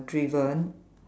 driven